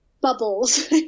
bubbles